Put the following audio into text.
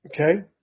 Okay